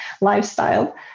lifestyle